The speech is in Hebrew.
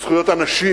את זכויות הנשים.